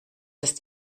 ist